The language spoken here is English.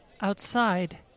Outside